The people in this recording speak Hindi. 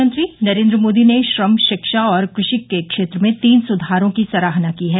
प्रधानमंत्री नरेंद्र मोदी ने श्रम शिक्षा और कृषि के क्षेत्र में तीन सुधारों की सराहना की है